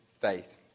faith